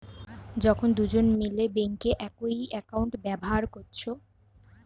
যখন দুজন মিলে বেঙ্কে একই একাউন্ট ব্যাভার কোরছে